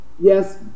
Yes